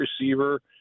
receiver